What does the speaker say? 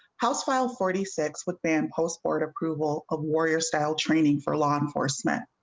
house while forty six whip and post or to cruel a warrior style training for law enforcement.